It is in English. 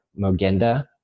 Mogenda